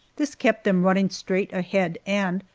this kept them running straight ahead, and,